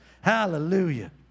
Hallelujah